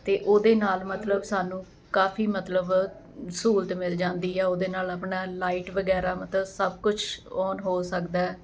ਤਾਂ ਉਹਦੇ ਨਾਲ ਮਤਲਬ ਸਾਨੂੰ ਕਾਫ਼ੀ ਮਤਲਬ ਸਹੂਲਤ ਮਿਲ ਜਾਂਦੀ ਆ ਉਹਦੇ ਨਾਲ ਆਪਣਾ ਲਾਈਟ ਵਗੈਰਾ ਮਤਲਬ ਸਭ ਕੁਛ ਆਨ ਹੋ ਸਕਦਾ ਹੈ